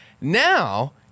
Now